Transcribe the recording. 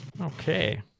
Okay